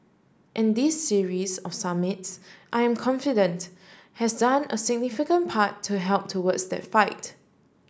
and this series of summits I am confident has done a significant part to help towards that fight